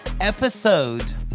episode